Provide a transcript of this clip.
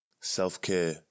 self-care